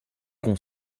qu’on